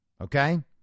Okay